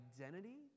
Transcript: identity